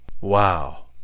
Wow